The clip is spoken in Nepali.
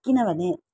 किनभने